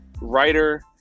writer